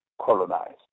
colonized